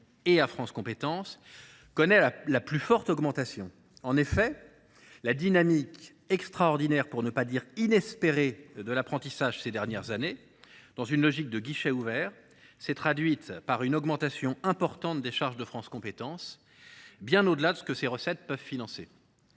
et à France Compétences, connaît la plus forte augmentation. En effet, la dynamique extraordinaire, pour ne pas dire inespérée, de l’apprentissage ces dernières années s’est traduite, dans une logique de guichet ouvert, par une augmentation importante des charges de France Compétences, qui dépassent largement celles que ses recettes peuvent financer.